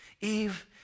Eve